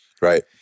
right